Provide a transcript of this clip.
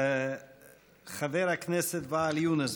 חבר הכנסת ואאל יונס,